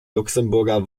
luxemburger